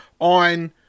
on